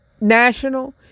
national